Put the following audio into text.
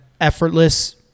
effortless